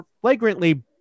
flagrantly